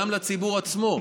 וגם לציבור עצמו,